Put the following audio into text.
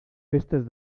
festes